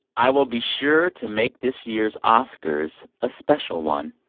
i will be sure to make this year's oscars a special one